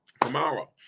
Tomorrow